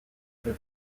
other